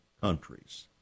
countries